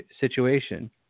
situation